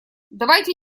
давайте